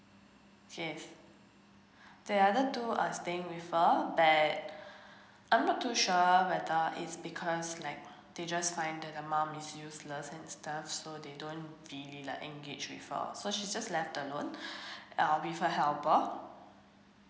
the other two are staying with her but I'm not too sure whether is because like they just find the mum is useless and stuff so they don't really like engage with her so she's just left alone with her helper